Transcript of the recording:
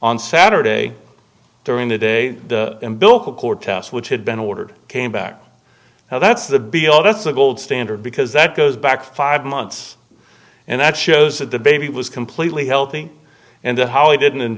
on saturday during the day and bilk or tests which had been ordered came back now that's the be all that's the gold standard because that goes back five months and that shows that the baby was completely healthy and the how he didn't